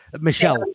Michelle